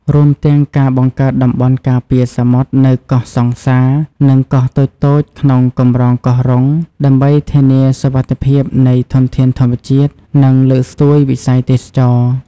រួមទាំងការបង្កើតតំបន់ការពារសមុទ្រនៅកោះសង្សារ និងកោះតូចៗក្នុងកម្រងកោះរុង ដើម្បីធានាសុវត្ថិភាពនៃធនធានធម្មជាតិ និងលើកស្ទួយវិស័យទេសចរណ៍។